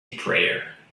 prayer